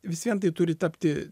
vis vien tai turi tapti